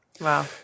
Wow